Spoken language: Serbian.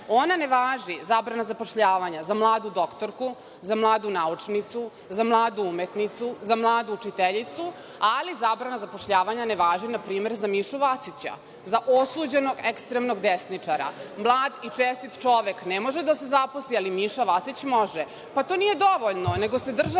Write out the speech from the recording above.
Ona važi, zabrana zapošljavanja za mladu doktorku, za mladu naučnicu, za mladu umetnicu, za mladu učiteljicu, ali zabrana zapošljavanja ne važi npr. za Mišu Vacića, za osuđenog ekstremnog desničara. Mlad i čestit čovek ne može da se zaposli, ali Miša Vacić može. Pa to nije dovoljno, nego se država